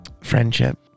Friendship